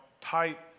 tight